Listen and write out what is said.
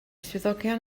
swyddogion